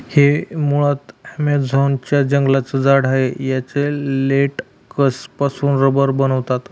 हे मुळात ॲमेझॉन च्या जंगलांचं झाड आहे याच्या लेटेक्स पासून रबर बनवतात